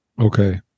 Okay